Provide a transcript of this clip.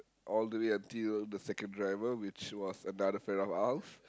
all the way until the second driver which was another friend of ours